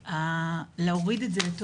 אני רוצה לומר שלהוריד את זה לתואר